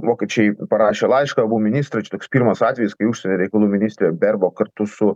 vokiečiai parašė laišką abu ministrai čia toks pirmas atvejis kai užsienio reikalų ministrė berbok kartu su